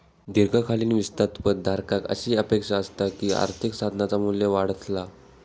दीर्घकालीन वित्तात पद धारकाक अशी अपेक्षा असता की आर्थिक साधनाचा मू्ल्य वाढतला